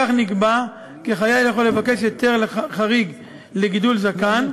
כך נקבע כי חייל יכול לבקש היתר חריג לגידול זקן,